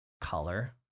color